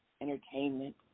entertainment